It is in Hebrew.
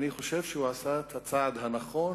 אני חושב שהוא עשה את הצעד הנכון,